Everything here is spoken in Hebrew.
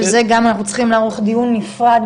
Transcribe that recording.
וזה גם אנחנו צריכים לערוך דיון נפרד,